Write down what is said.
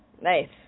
Nice